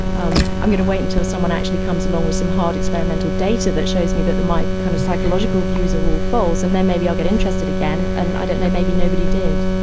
um i'm going to wait until someone actually comes along with some hard experimental data that shows me that my kind of psychological views are all false, and then maybe i'll get interested again and i don't know, maybe nobody did.